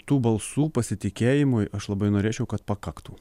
tų balsų pasitikėjimui aš labai norėčiau kad pakaktų